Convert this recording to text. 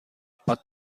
are